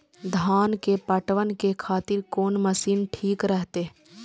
धान के पटवन के खातिर कोन मशीन ठीक रहते?